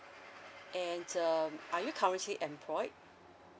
and um are you currently employed